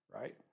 right